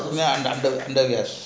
ya under under yes